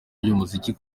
ry’umuziki